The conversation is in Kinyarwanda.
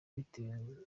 bitewe